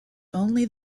only